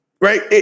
right